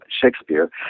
Shakespeare